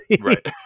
Right